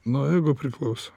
nuo ego priklauso